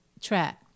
track